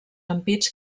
ampits